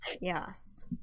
Yes